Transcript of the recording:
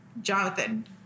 Jonathan